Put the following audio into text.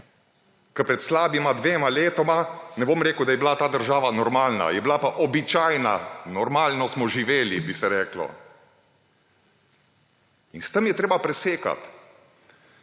ker pred slabima dvema letoma – ne bom rekel, da je bila ta država normalna, je bila pa običajna, normalno smo živeli, bi se reklo. In s tem je treba presekati.